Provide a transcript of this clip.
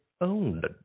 owned